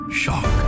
shock